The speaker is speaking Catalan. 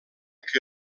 que